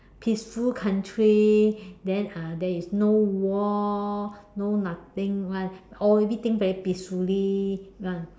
peaceful country then uh there is no war no nothing [one] all everything very peacefully [one]